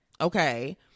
Okay